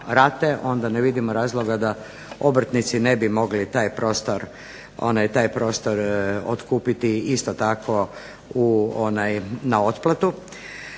onda ne vidimo razloga da obrtnici ne bi mogli taj prostor otkupiti isto tako na otplatu.